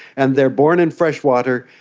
and they are born in fresh water.